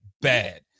bad